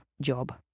job